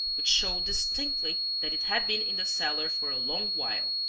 which showed distinctly that it had been in the cellar for a long while.